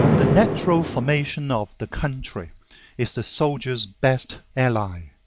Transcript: the natural formation of the country is the soldier's best ally